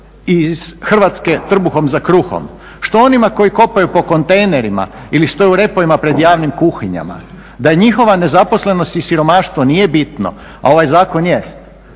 iz Hrvatske trbuhom za kruhom, što onima koji kopaju po kontejnerima ili stoje u repovima pred javnim kuhinjama, da njihova nezaposlenost i siromaštvo nije bitno, a ovaj zakon jest?